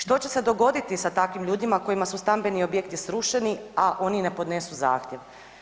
Što će se dogoditi sa takvim ljudima kojima su stambeni objekti srušeni, a oni ne podnesu zahtjev?